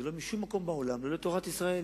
ולא משום מקום בעולם ללא תורת ישראל,